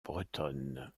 bretonne